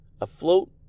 afloat